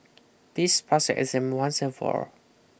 please pass exam once and for all